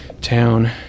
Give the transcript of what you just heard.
town